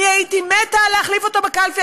אני הייתי מתה להחליף אותו בקלפי,